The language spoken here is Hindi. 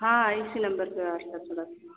हाँ इसी नम्बर पर वाट्सअप चलाती हूँ